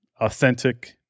authentic